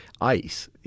ICE